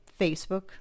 Facebook